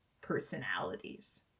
personalities